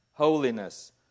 Holiness